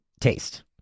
taste